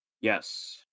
Yes